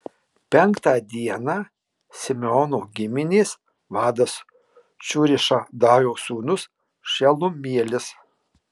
penktą dieną simeono giminės vadas cūrišadajo sūnus šelumielis